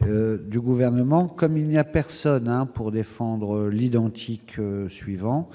du gouvernement comme il n'y a personne à pour défendre l'identique suivant